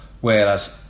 whereas